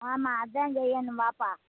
ஆமாம் அதுதான் செய்யணும் வாப்பா